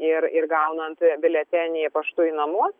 ir ir gaunant biuletenį paštu į namus